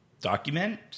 Document